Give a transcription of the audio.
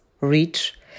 rich